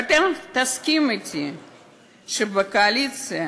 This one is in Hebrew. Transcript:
ואתה תסכים אתי שבקואליציה,